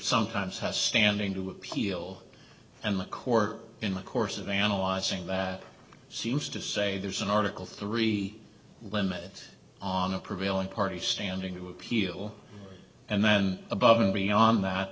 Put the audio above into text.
sometimes has standing to appeal and the court in the course of analyzing that seems to say there's an article three limits on a prevailing party standing to appeal and then above and beyond that